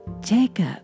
Jacob